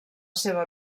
seva